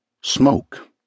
Smoke